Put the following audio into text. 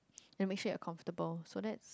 and make sure it comfortable so that